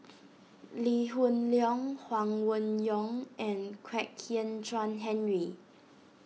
Lee Hoon Leong Huang Wenhong and Kwek Hian Chuan Henry